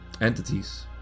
entities